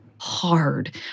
hard